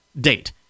date